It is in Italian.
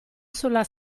sulla